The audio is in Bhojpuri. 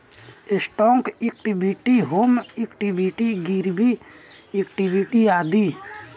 स्टौक इक्वीटी, होम इक्वीटी, गिरवी इक्वीटी आदि